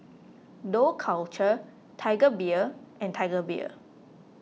Dough Culture Tiger Beer and Tiger Beer